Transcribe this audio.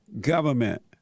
government